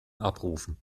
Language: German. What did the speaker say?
abrufen